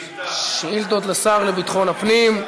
שאילתות לשר לביטחון הפנים.